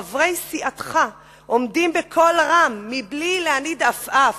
חברי סיעתך, עומדים ובקול רם, בלי להניד עפעף,